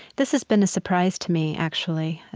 this has been a surprise to me, actually,